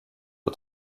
aux